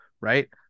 right